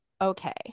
okay